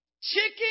Chicken